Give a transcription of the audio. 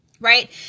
right